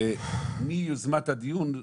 ומיוזמת הדיון,